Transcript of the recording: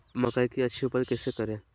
मकई की अच्छी उपज कैसे करे?